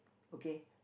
okay